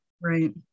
Right